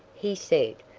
he said,